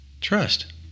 Trust